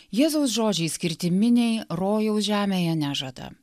jėzaus žodžiai skirti miniai rojaus žemėje nežada